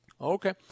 Okay